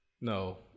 no